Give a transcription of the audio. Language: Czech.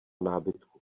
nábytku